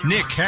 Nick